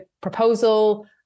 proposal